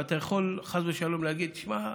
ואתה יכול חס ושלום להגיד: תשמע,